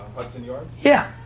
hudson yard? yeah.